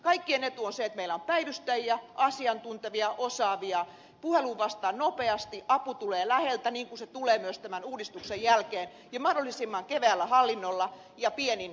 kaikkien etu on se että meillä on asiantuntevia osaavia päivystäjiä puheluihin vastataan nopeasti apu tulee läheltä niin kuin se tulee myös tämän uudistuksen jälkeen ja mahdollisimman keveällä hallinnolla ja pienin kiinteistökustannuksin